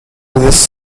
this